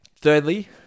Thirdly